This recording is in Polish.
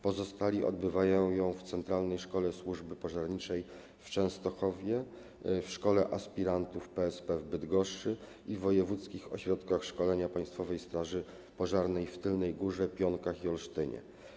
Pozostali odbywają ją w centralnej szkole służby pożarniczej w Częstochowie, w szkole aspirantów PSP w Bydgoszczy i w wojewódzkich ośrodkach szkolenia Państwowej Straży Pożarnej w Tylnej Górze, Pionkach i Olsztynie.